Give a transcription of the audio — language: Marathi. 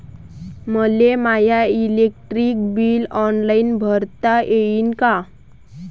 मले माय इलेक्ट्रिक बिल ऑनलाईन भरता येईन का?